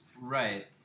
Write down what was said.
Right